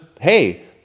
hey